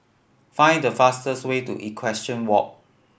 find the fastest way to Equestrian Walk